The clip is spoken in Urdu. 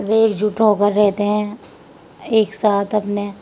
وہ ایک جٹ ہو کر رہتے ہیں ایک ساتھ اپنے